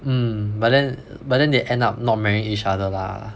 mm but then but then they end up not marrying each other lah